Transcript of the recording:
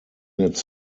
its